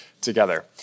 together